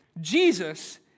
Jesus